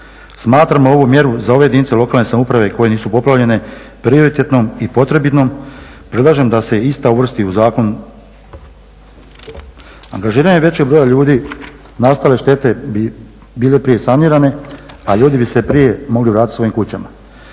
Smatramo ovu mjeru za ove jedinice lokalne samouprave koje nisu poplavljene prioritetnom i potrebitnom. Predlažem da se ista uvrsti u zakon. Angažiranje većeg broja ljudi nastale štete bi bile prije sanirane, a ljudi bi se prije mogli vratiti svojim kućama.